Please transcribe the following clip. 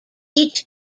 each